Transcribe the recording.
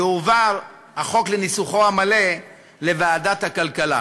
יועבר החוק לניסוחו המלא לוועדת הכלכלה.